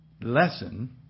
lesson